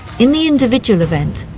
in the individual event,